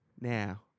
Now